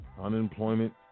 Unemployment